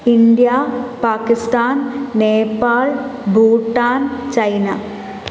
India Pakistan Nepal Bhutan China